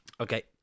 Okay